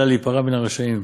אלא להיפרע מן הרשעים,